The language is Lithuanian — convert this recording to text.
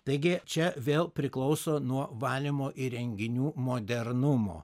taigi čia vėl priklauso nuo valymo įrenginių modernumo